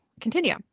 continue